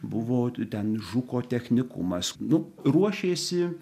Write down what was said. buvo ten žuko technikumas nu ruošėsi